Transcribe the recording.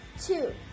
two